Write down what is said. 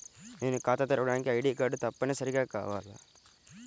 నేను ఖాతా తెరవడానికి ఐ.డీ కార్డు తప్పనిసారిగా కావాలా?